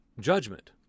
Judgment